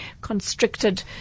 constricted